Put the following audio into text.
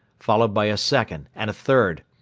followed by a second and a third.